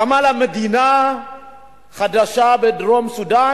קמה לה מדינה חדשה בדרום-סודן,